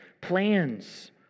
plans